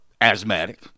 asthmatic